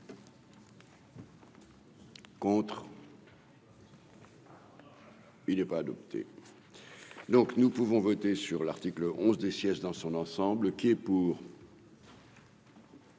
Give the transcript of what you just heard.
pour. Il n'est pas adopté, donc nous pouvons voter sur l'article onze des sièges dans son ensemble qui est pour.